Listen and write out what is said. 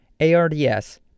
ARDS